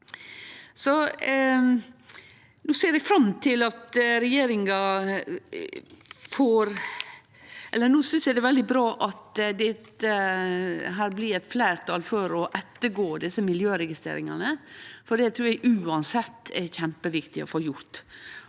Eg synest det er veldig bra at det her blir eit fleirtal for å ettergå desse miljøregistreringane, for det trur eg uansett er kjempeviktig å få gjort.